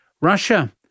Russia